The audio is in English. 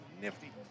nifty